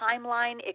timeline